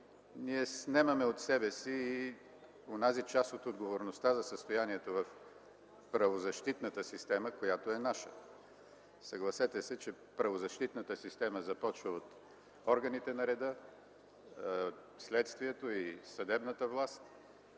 ние снемаме от себе си онази част от отговорността си за състоянието в правозащитната система, която е наша. Съгласете се, че правозащитната система започва от органите на реда, следствието и съдебната власт